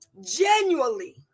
genuinely